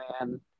man